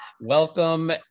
welcome